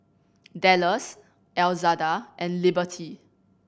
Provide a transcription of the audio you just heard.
Dallas Elzada and Liberty